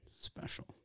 special